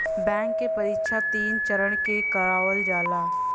bank क परीक्षा तीन चरण में करावल जाला